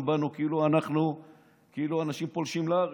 בנו כאילו אנחנו אנשים פולשים לארץ,